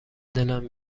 دلم